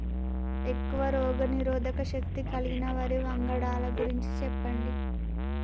ఎక్కువ రోగనిరోధక శక్తి కలిగిన వరి వంగడాల గురించి చెప్పండి?